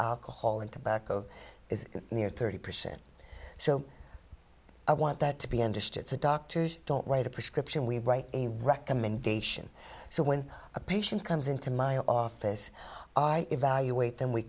whole and tobacco is near thirty percent so i want that to be understood doctors don't write a prescription we write a recommendation so when a patient comes into my office i evaluate them we